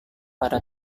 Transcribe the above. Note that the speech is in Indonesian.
pada